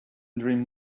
dream